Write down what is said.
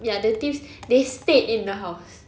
ya the thieves they stayed in the house